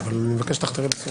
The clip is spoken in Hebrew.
אני מבקש שתחתרי לסיום.